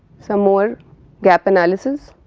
some more gap analysis.